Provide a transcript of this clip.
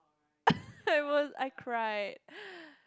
I I cried